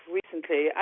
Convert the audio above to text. recently